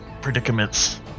predicaments